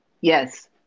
yes